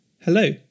Hello